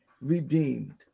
redeemed